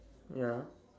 ya